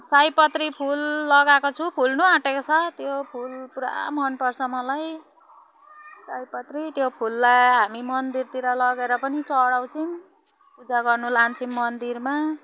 सयपत्री फुल लगाएको छु फुल्नु आँटेको छ त्यो फुल पुरा मनपर्छ मलाई सयपत्री त्यो फुललाई हामी मन्दिरतिर लगेर पनि चढाउँछौँ पूजा गर्न लान्छौँ मन्दिरमा